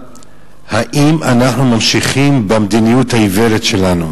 האם אנחנו ממשיכים במדיניות העיוורת שלנו